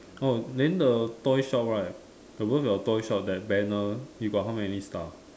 oh then the toy shop right above your toy shop that banner you got how many star